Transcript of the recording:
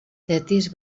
tetis